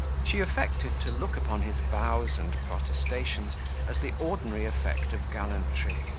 she affected to look upon his vows and protestations as the ordinary effect of gallantry,